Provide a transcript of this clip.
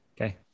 Okay